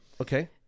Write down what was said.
Okay